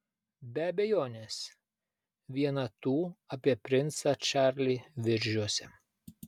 be abejonės viena tų apie princą čarlį viržiuose